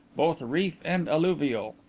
both reef and alluvial.